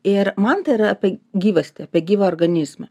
ir man tai yra apie gyvastį apie gyvą organizmą